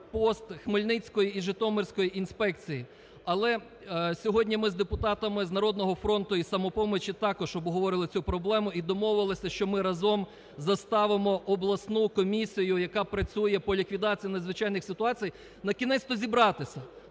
пост хмельницької і житомирської інспекції. Але сьогодні ми з депутатами з "Народного фронту" і "Самопомочі" також обговорювали цю проблему і домовилися, що ми разом заставимо обласну комісію, яка працює по ліквідації надзвичайних ситуація накінець-то зібратися,